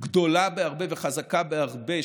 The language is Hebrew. גדולה בהרבה וחזקה בהרבה,